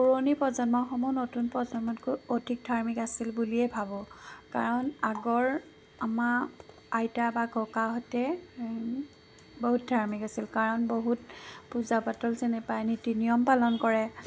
পুৰণি প্ৰজন্মসমূহ নতুন প্ৰজন্মতকৈ অধিক ধাৰ্মিক আছিল বুলিয়ে ভাবোঁ কাৰণ আগৰ আমাৰ আইতা বা ককাহঁতে বহুত ধাৰ্মিক আছিল কাৰণ বহুত পূজা পাতল যেনে নীতি নিয়ম পালন কৰে